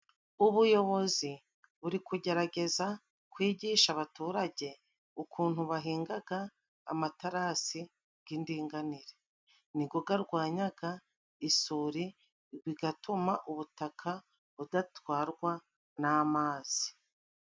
Ubuyobozi buri kugerageza kwigisha abaturage, ukuntu bahingaga amaterasi g'indinganire, nigo garwanyaga isuri bigatuma ubutaka budatwarwa n'amazi.